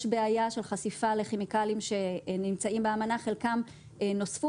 בעיה של חשיפה לכימיקלים שנמצאים באמנה חלקם נוספו